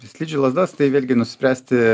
slidžių lazdas tai vėlgi nuspręsti